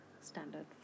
standard